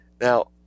Now